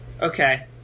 okay